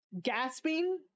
gasping